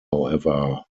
however